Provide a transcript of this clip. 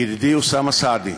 ידידי אוסאמה סעדי,